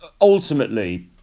ultimately